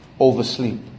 oversleep